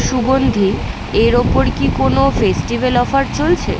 সুগন্ধি এর ওপর কি কোনও ফেস্টিভ্যাল অফার চলছে